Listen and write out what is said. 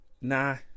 nah